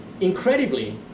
incredibly